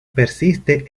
persiste